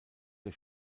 der